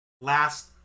last